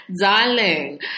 darling